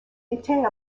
était